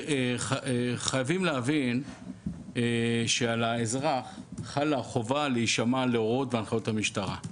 חייבים להבין שעל האזרח חלה החובה להישמע להוראות והנחיות המשטרה.